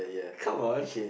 come on